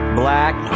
black